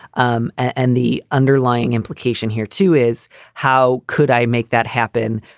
um and the underlying implication here, too, is how could i make that happen?